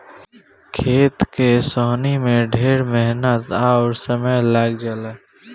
खेत के सोहनी में ढेर मेहनत अउर समय लाग जला